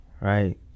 right